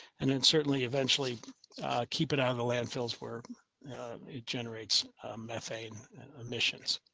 and then certainly eventually keep it out in the landfills where it generates emissions.